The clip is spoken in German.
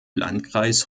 landkreis